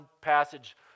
passage